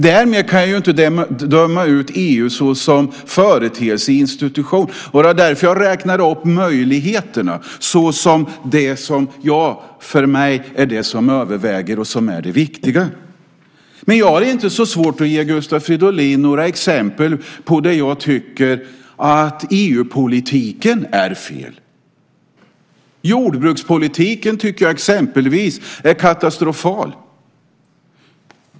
Jag kan inte därför döma ut EU som företeelse och institution. Det var därför jag räknade upp möjligheterna som det som överväger och är det viktiga för mig. Men jag har inte så svårt att ge Gustav Fridolin några exempel där jag tycker att EU-politiken är fel. Exempelvis jordbrukspolitiken tycker jag är katastrofal.